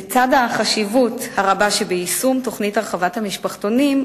לצד החשיבות הרבה שביישום תוכנית הרחבת המשפחתונים,